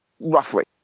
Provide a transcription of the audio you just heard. roughly